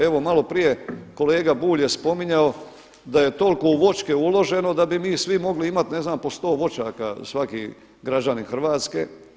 Evo, malo prije kolega Bulj je spominjao da je toliko u voćke uloženo da bi mi svi mogli imati ne znam po 100 voćaka svaki građanin Hrvatske.